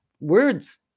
words